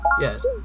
Yes